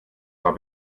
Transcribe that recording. war